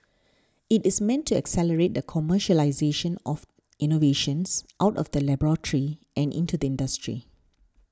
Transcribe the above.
it is meant to accelerate the commercialisation of innovations out of the laboratory and into the industry